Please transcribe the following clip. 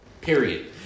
Period